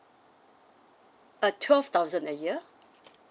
uh twelve thousand a year